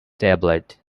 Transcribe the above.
tablet